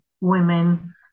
women